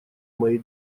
моей